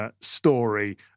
Story